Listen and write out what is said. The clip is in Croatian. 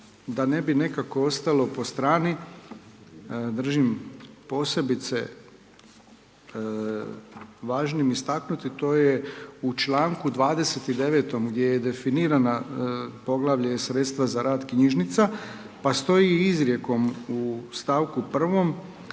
da ne bi nekako ostalo po strani držim posebice važnim istaknuti, to je u članku 29. gdje je definirana, poglavlje i sredstva za rad knjižnica pa stoji izrijekom u stavku 1.